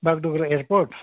Bagdogra airport